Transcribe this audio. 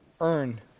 earn